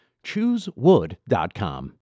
ChooseWood.com